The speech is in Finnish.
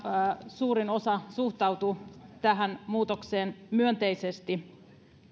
suurin osa suhtautuu tähän muutokseen myönteisesti